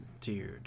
dude